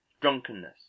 Drunkenness